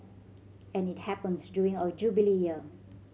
and it happens during our Jubilee Year